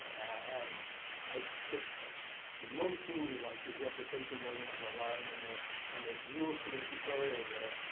and i picked the most senior ones, whose reputation wasn't on the line. and the and the rules for the tutorial were,